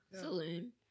Saloon